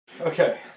Okay